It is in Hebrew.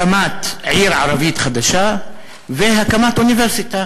הקמת עיר ערבית חדשה והקמת אוניברסיטה